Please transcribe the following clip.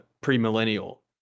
pre-millennial